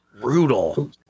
Brutal